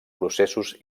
processos